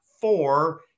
four